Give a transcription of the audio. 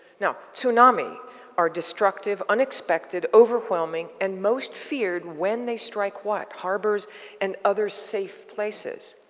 now, tsunami are destructive, unexpected, overwhelming, and most feared when they strike what? harbors and other safe places.